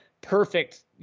perfect